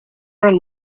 are